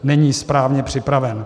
Není správně připraven.